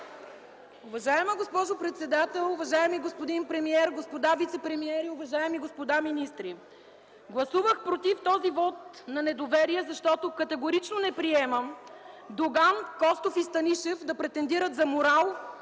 Уважаема госпожо председател, уважаеми господин премиер, господа вицепремиери, уважаеми господа министри! Гласувах „против” този вот на недоверие, защото категорично не приемам Доган, Костов и Станишев да претендират за морал,